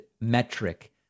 metric